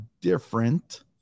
different